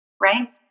Right